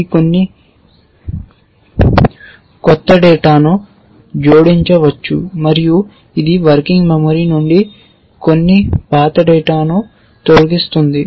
ఇది కొన్ని కొత్త డేటాను జోడించవచ్చు మరియు ఇది వర్కింగ్ మెమరీ నుండి కొన్ని పాత డేటాను తొలగిస్తుంది